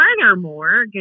furthermore